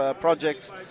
projects